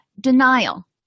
denial